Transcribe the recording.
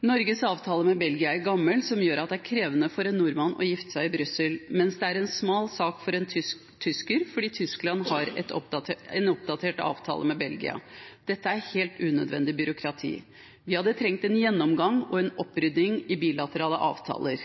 Norges avtale med Belgia er gammel, noe som gjør at det er krevende for en nordmann å gifte seg i Brussel, mens det er en smal sak for en tysker, fordi Tyskland har en oppdatert avtale med Belgia. Dette er et helt unødvendig byråkrati. Vi hadde trengt en gjennomgang og en opprydding i bilaterale avtaler.